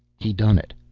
he done it.